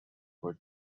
for